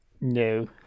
No